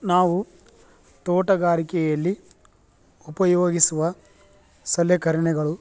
ನಾವು ತೋಟಗಾರಿಕೆಯಲ್ಲಿ ಉಪಯೋಗಿಸುವ ಸಲೆಕರಣೆಗಳು